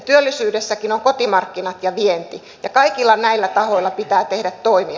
työllisyydessäkin on kotimarkkinat ja vienti ja kaikilla näillä tahoilla pitää tehdä toimia